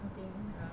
the thing ya